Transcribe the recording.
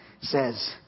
says